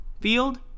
field